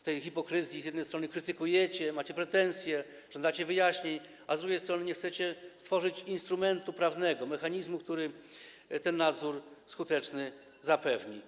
w tej hipokryzji z jednej strony krytykujecie, macie pretensje, żądacie wyjaśnień, a z drugiej strony nie chcecie stworzyć instrumentu prawnego, mechanizmu, który ten skuteczny nadzór zapewni.